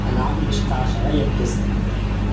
alarm निष्काशय यद्यस्ति